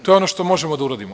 To je ono što možemo da uradimo.